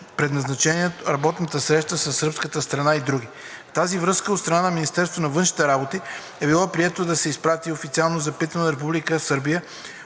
предназначението, работна среща със сръбската страна и други. В тази връзка от страна на Министерството на външните работи е било прието да се изпрати официално запитване до